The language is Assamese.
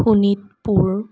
শোণিতপুৰ